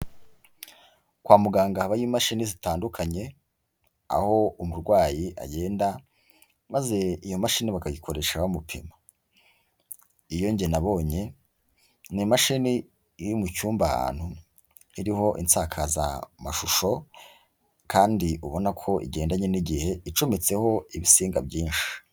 Kwa muganga habayo imashini zitandukanye, aho umurwayi agenda maze iyo mashini bakayikoresha bamupima; iyo njye nabonye ni imashini iri mu cyumba ahantu, iriho insakazamashusho, kandi ubona ko igendanye n'igihe, icometseho ibitsinga byinshi.